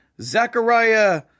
Zechariah